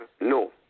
no